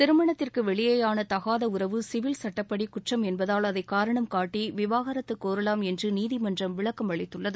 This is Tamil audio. திருமணத்திற்கு வெளியேயான தகாத உறவு சிவில் சட்டப்படி குற்றம் என்பதால் அதை காரணம்காட்டி விவாகரத்து கோரலாம் என்று நீதிமன்றம் விளக்கம் அளித்துள்ளது